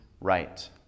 right